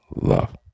love